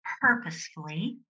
purposefully